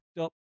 up